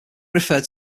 referred